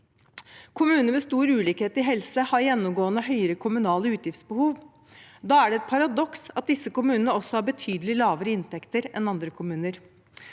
Kommuner med stor ulikhet i helse har gjennomgående høyere kommunale utgiftsbehov. Da er det et paradoks at disse kommunene også har betydelig lavere inntekter enn andre kommuner.